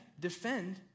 defend